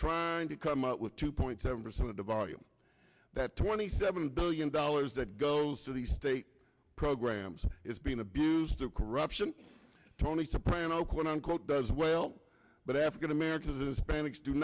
trying to come up with two point seven percent of the volume that twenty seven billion dollars that goes to the state programs is being abused to corruption tony soprano quote unquote does well but african americans hispanics do